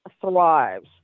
thrives